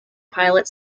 pilot